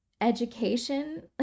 education